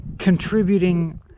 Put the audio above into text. contributing